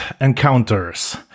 Encounters